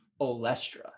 Olestra